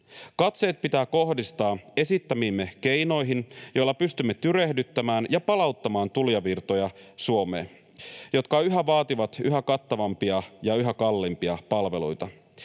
Katseet pitää kohdistaa esittämiimme keinoihin, joilla pystymme tyrehdyttämään ja palauttamaan tulijavirtoja Suomeen, koska ne yhä vaativat yhä kattavampia ja yhä kalliimpia palveluita.